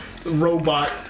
Robot